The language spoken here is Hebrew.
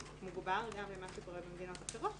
מוגבר גם ביחס למה שקורה במדינות אחרות,